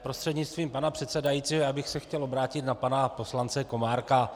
Prostřednictvím pana předsedajícího bych se chtěl obrátit na pana poslance Komárka.